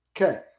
Okay